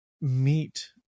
meet